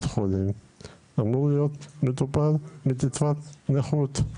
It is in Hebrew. חולים אמור להיות ממומן מקצבת נכות,